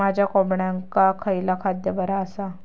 माझ्या कोंबड्यांका खयला खाद्य बरा आसा?